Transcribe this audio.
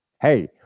Hey